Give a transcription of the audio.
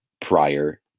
prior